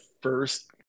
first